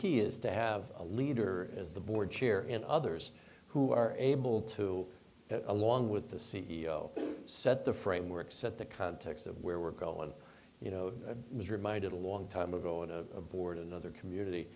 key is to have a leader as the board chair and others who are able to along with the c e o to set the framework set the context of where we're calling you know i was reminded a long time ago in a board another community